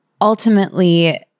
Ultimately